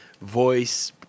voice